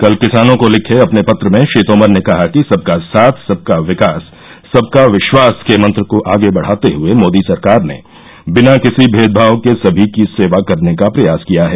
कल किसानों को लिखे अपने पत्र में श्री तोमर ने कहा कि सबका साथ सबका विकास सबका विश्वास के मंत्र को आगे बढ़ाते हुए मोदी सरकार ने बिना किसी भेदभाव के सभी की सेवा करने का प्रयास किया है